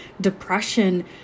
depression